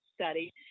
study